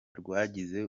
rwagize